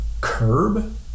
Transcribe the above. curb